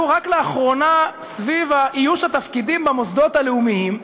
רק לאחרונה סביב איוש התפקידים במוסדות הלאומיים,